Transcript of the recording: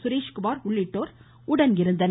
சுரேஷ்குமார் உள்ளிட்டோர் உடனிந்தனர்